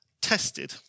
tested